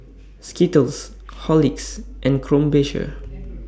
Skittles Horlicks and Krombacher